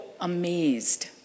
amazed